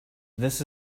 this